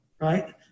right